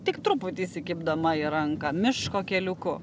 tik truputį įsikibdama į ranką miško keliuku